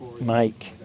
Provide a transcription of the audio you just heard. Mike